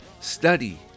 study